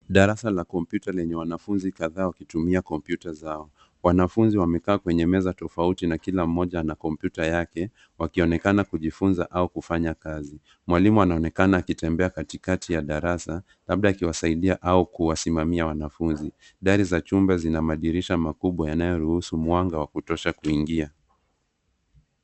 Darasa la kompyuta lenye wanafunzi kadhaa wakitumia kompyuta zao. Wanafunzi wamekaa kwenye meza tofauti na kila mmoja ana kompyuta yake wakionekana kujifunza au kufanya kazi. Mwalimu anaonekana akitembea katikati ya darasa labda akiwasaidia au kuwasimamia wanafunzi. Dari za chumba zina madirisha makubwa yanayoruhusu mwanga wa kutosha kuingia.